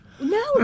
No